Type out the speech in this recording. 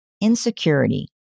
Insecurity